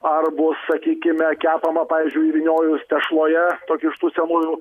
ar bus sakykime kepama pavyzdžiui įvyniojus tešloje tokį iš tų senųjų